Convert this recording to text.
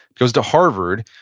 goes to harvard,